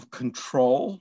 control